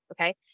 Okay